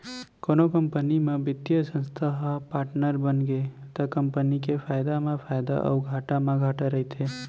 कोनो कंपनी म बित्तीय संस्था ह पाटनर बनगे त कंपनी के फायदा म फायदा अउ घाटा म घाटा सहिथे